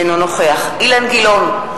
אינו נוכח אילן גילאון,